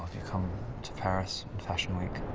you come to paris, and fashion week.